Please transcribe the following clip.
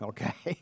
Okay